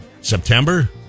September